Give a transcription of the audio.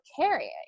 carrying